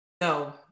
No